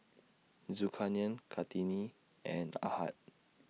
Zulkarnain Kartini and Ahad